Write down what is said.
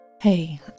Hey